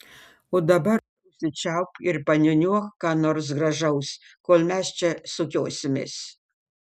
o dabar užsičiaupk ir paniūniuok ką nors gražaus kol mes čia sukiosimės